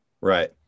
Right